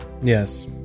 Yes